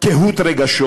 קהות רגשות